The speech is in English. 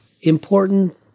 important